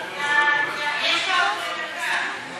תודה, גברתי היושבת-ראש.